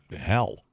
hell